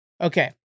Okay